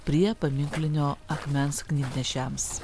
prie paminklinio akmens knygnešiams